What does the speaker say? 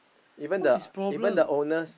what's his problem